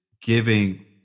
giving